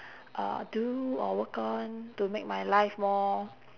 uh do or work on to make my life more